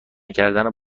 کردن